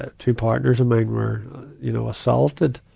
ah two partners of mine were you know assaulted.